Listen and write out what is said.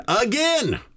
again